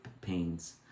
pains